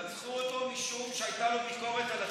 רצחו אותו משום שהייתה לו ביקורת על הציונות.